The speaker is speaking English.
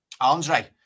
Andre